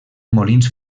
molins